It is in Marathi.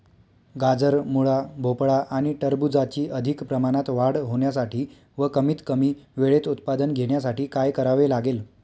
गाजर, मुळा, भोपळा आणि टरबूजाची अधिक प्रमाणात वाढ होण्यासाठी व कमीत कमी वेळेत उत्पादन घेण्यासाठी काय करावे लागेल?